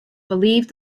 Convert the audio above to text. believed